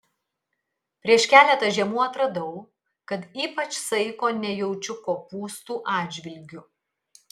prieš keletą žiemų atradau kad ypač saiko nejaučiu kopūstų atžvilgiu